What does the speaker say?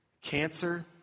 cancer